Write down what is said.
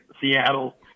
Seattle